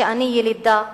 שאני ילידה פה,